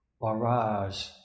barrage